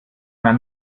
man